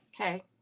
Okay